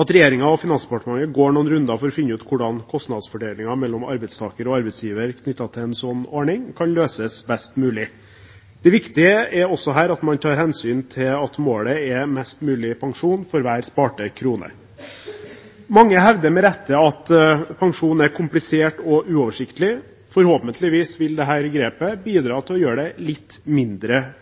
at regjeringen og Finansdepartementet går noen runder for å finne ut hvordan kostnadsfordelingen mellom arbeidstaker og arbeidsgiver knyttet til en slik ordning kan løses best mulig. Det viktige her er også at man tar hensyn til at målet er mest mulig pensjon for hver sparte krone. Mange hevder – med rette – at pensjon er komplisert og uoversiktlig. Forhåpentligvis vil dette grepet bidra til å gjøre det litt mindre